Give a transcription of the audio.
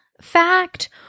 fact